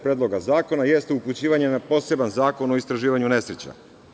Predloga zakona jeste upućivanje na poseban Zakon o istraživanju nesreća.